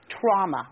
trauma